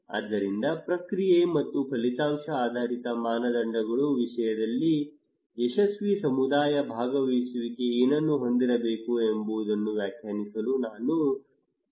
ಆದ್ದರಿಂದ ಪ್ರಕ್ರಿಯೆ ಮತ್ತು ಫಲಿತಾಂಶ ಆಧಾರಿತ ಮಾನದಂಡಗಳ ವಿಷಯದಲ್ಲಿ ಯಶಸ್ವಿ ಸಮುದಾಯ ಭಾಗವಹಿಸುವಿಕೆ ಏನನ್ನು ಹೊಂದಿರಬೇಕು ಎಂಬುದನ್ನು ವ್ಯಾಖ್ಯಾನಿಸಲು ನಾವು ಸಮುದಾಯವನ್ನು ಕೇಳಿದ್ದೇವೆ